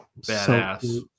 badass